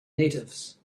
natives